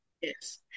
Yes